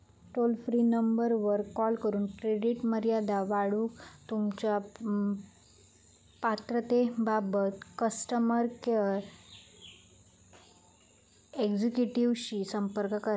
toll free नंबरवर call करून credit मर्यादा वाढवूक तुमच्यो पात्रतेबाबत कस्टमर केअर एक्झिक्युटिव्हशी संपर्क करा